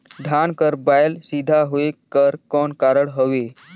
धान कर बायल सीधा होयक कर कौन कारण हवे?